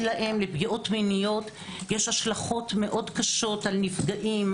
מיניות יש השלכות מאוד קשות על נפגעים,